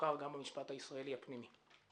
מוכר גם במשפט הישראלי הפנימי.